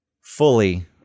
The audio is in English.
fully